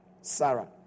Sarah